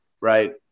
Right